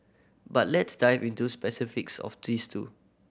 but let's dive into specifics of these two